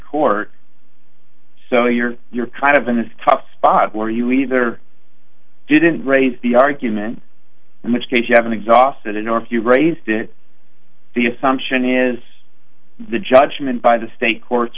court so you're you're kind of in this tough spot where you either didn't raise the argument in which case you haven't exhausted in or you raised it the assumption is the judgment by the state courts